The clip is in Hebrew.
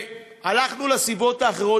הלכנו לסיבות האחרות.